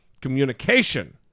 communication